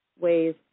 ways